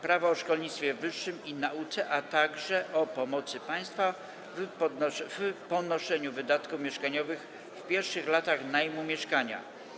Prawo o szkolnictwie wyższym i nauce, - o pomocy państwa w ponoszeniu wydatków mieszkaniowych w pierwszych latach najmu mieszkania.